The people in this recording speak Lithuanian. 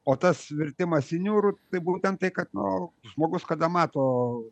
o tas virtimas į niūrų tai būtent tai kad nu žmogus kada mato